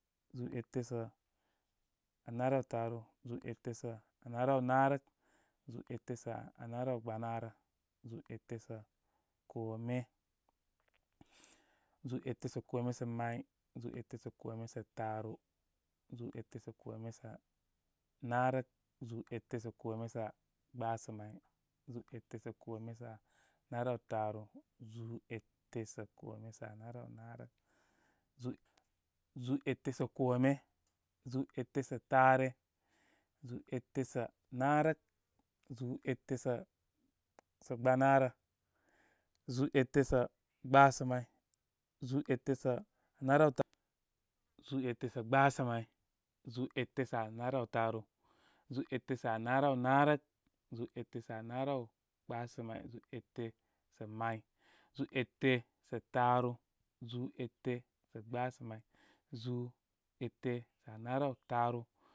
Zúú ete sa naraw taaru zúú ete sa naraw naarək zúú ete sa narawgbanarə zúú ete sa kome. Zúú ete sa kome sa may, zúú ete sa kome sa taaru, zúú ete sa kome sa naarək, zúú ete sa kome sa gbasa may zúú ete sa kome sa naraw taaru, zúú ete sa kome sa naraw naarək, zúú zúú ete sa kome, zúú ete sa taare zúú ete sa naarək zúú ete sa gbanaarə, zúú ete sa gbasamay, zúú ete sa anaraw taaru zúú ete sa gbasamay, zúú ete sa anarawtaaru, zúú ete sa anarawnaarək, zúú ete anaraw gbasa may, zúú ete sa may. zúú ete sa taaru, zúú ete sa gbasa may, zúú ete sa naraw taaru.